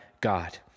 God